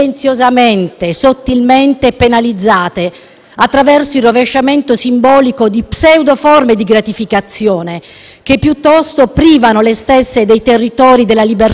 attraverso il rovesciamento simbolico di pseudoforme di gratificazione che, piuttosto, privano le stesse dei territori della libertà vera e dell'autodeterminazione.